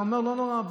אתה אומר: לא נורא.